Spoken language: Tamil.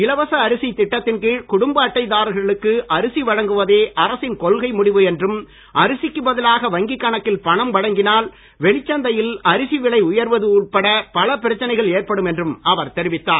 இலவச அரிசி திட்டத்தின் கீழ் குடும்ப அட்டைதாரர்களுக்கு அரிசி வழங்குவதே அரசின் கொள்கை முடிவு என்றும் அரிசிக்கு பதிலாக வங்கி கணக்கில் பணம் வழங்கினால் வெளிச்சந்தையில் அரிசி விலை உயர்வது உட்பட பல பிரச்சனைகள் ஏற்படும் என்றும் அவர் தெரிவித்தார்